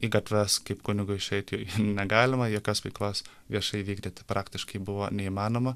į gatves kaip kunigui išeiti negalima jokios veiklos viešai vykdyti praktiškai buvo neįmanoma